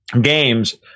games